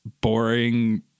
boring